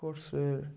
কোর্সের